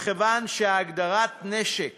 מכיוון שהגדרת נשק